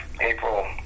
April